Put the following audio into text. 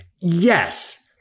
Yes